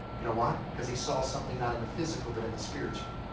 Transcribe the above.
you know why? cause he saw something not in the physical, but in the spiritual.